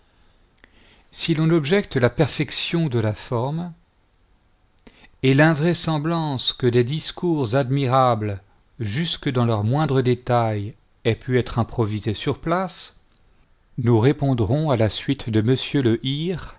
si l'on objecte la perfection de la forme et l'invraisembiancque des discours admirables jusque dans leurs moindres détails aient pu être improvisés sur place nous répondrons à la suite de m le